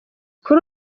kuri